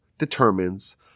Determines